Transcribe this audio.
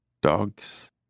Dogs